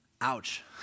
Ouch